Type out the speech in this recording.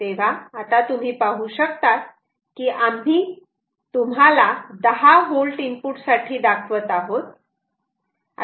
तेव्हा आता तुम्ही पाहू शकतात की आम्ही तुम्हाला 10 V इनपुट साठी दाखवत आहोत